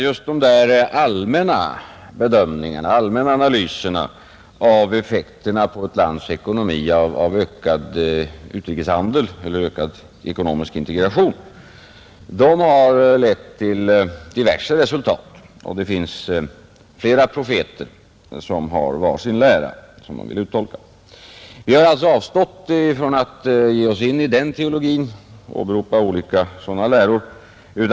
Just de allmänna analyserna av effekterna på ett lands ekonomi av ökad utrikeshandel eller ökad ekononomisk integration har lett till diverse resultat. Det finns flera profeter med var sin lära som de vill uttolka. Vi har alltså avstått från att ge oss in i den teologin och åberopa olika sådana läror.